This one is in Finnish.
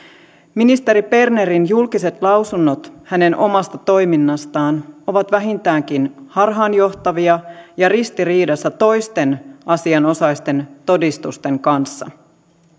ministeri bernerin julkiset lausunnot hänen omasta toiminnastaan ovat vähintäänkin harhaanjohtavia ja ristiriidassa toisten asianosaisten todistusten kanssa